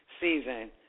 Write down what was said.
season